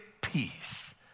peace